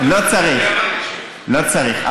לא צריך.